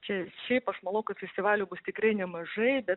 čia šiaip aš manau kad festivalių bus tikrai nemažai bet